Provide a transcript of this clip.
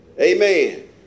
Amen